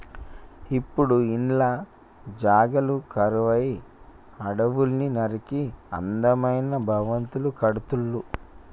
ఇప్పుడు ఇండ్ల జాగలు కరువై అడవుల్ని నరికి అందమైన భవంతులు కడుతుళ్ళు